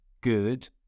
good